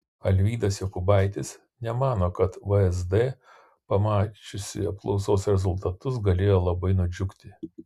alvydas jokubaitis nemano kad vsd pamačiusi apklausos rezultatus galėjo labai nudžiugti